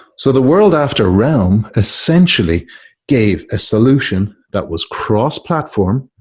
so the world after realm essentially gave a solution that was cross-platform,